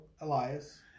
Elias